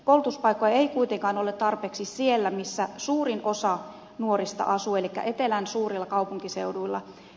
koulutuspaikkoja ei kuitenkaan ole tarpeeksi siellä missä suurin osa nuorista asuu elikkä etelän suurilla kaupunkiseuduilla